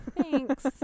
Thanks